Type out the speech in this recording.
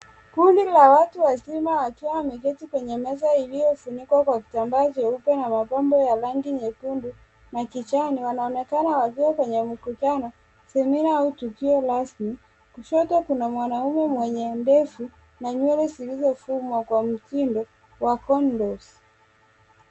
Kundi la watu wazima wakiwa wameketi kwenye meza iliyofunikwa kwa kitambaa jeupe na mapambo ya rangi nyekundu na kijani wanaonekana wakiwa kwenye mkutano samira au tukio rasmi.